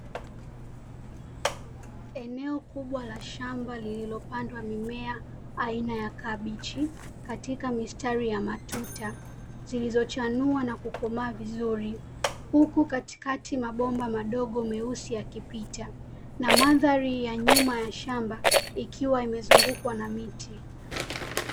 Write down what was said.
Eneo kubwa la shamba lililopandwa mimea aina ya kabichi katika mistari ya matuta, zilizochanua na kukomaa vizuri. Huku katikati mabomba madogo meusi yakipita na mandhari ya nyuma ya shamba ikiwa imezungukwa na miti.